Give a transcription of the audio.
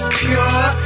pure